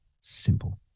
Simple